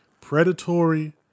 predatory